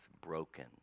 broken